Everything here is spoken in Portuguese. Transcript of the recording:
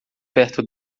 perto